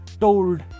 told